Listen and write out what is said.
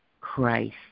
Christ